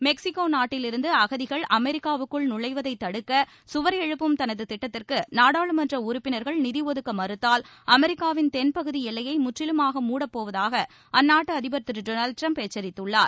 Mexico நாட்டிலிருந்து அகதிகள் அமெிக்காவுக்குள் நுழைவதை தடுக்க சுவர் எழுப்பும் தனது திட்டத்திற்கு நாடாளுமன்ற உறுப்பினர்கள் நிதி ஒதுக்க மறுத்தால் அமெரிக்காவின் தென்பகுதி எல்லையை முற்றிலுமாக மூடப்போவதாக அந்நாட்டு அதிபர் திரு டொனால்டு டிரம்ப் எச்சரித்துள்ளார்